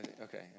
Okay